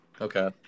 Okay